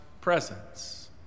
presence